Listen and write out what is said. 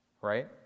right